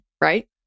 Right